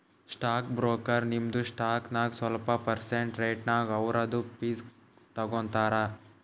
stock broker ನಿಮ್ದು stock ನಾಗ್ ಸ್ವಲ್ಪ ಪರ್ಸೆಂಟ್ ರೇಟ್ನಾಗ್ ಅವ್ರದು ಫೀಸ್ ತಗೋತಾರ